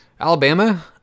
Alabama